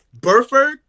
Burford